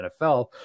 nfl